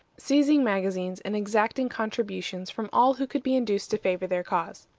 seizing magazines, and exacting contributions from all who could be induced to favor their cause.